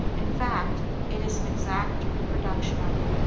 in fact, it is an exact reproduction of it,